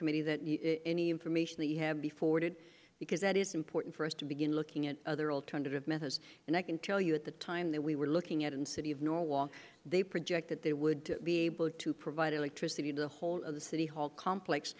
subcommittee that any information that you have be forwarded because it is important for us to begin looking at other alternative methods and i can tell you at the time that we were looking at in the city of norwalk they project that they would be able to provide electricity to the whole of the city hall complex